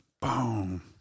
Boom